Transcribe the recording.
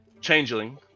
Changeling